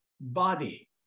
body